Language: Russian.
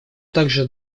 также